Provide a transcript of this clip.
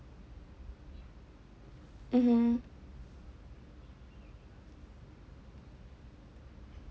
mmhmm